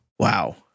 Wow